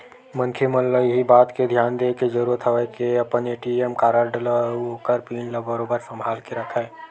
मनखे मन ल इही बात के धियान देय के जरुरत हवय के अपन ए.टी.एम कारड ल अउ ओखर पिन ल बरोबर संभाल के रखय